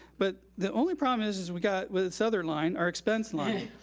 but the only problem is is we got with this other line, our expense line.